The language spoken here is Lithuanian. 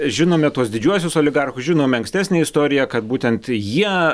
žinome tuos didžiuosius oligarchus žinome ankstesnę istoriją kad būtent jie